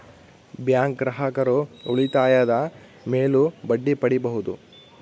bank ಗ್ರಾಹಕರು ಉಳಿತಾಯದ ಮೇಲೂ ಬಡ್ಡಿ ಪಡೀಬಹುದು